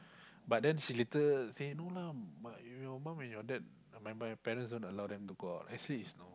but then she later say no lah my your mum and your dad my my parents don't allow them to go out actually is no